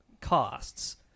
costs